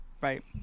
Right